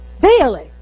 Daily